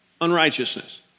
unrighteousness